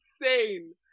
insane